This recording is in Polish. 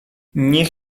niech